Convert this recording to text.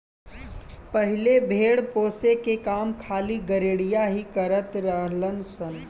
पहिले भेड़ पोसे के काम खाली गरेड़िया ही करत रलन सन